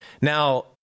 Now